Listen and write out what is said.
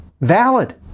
valid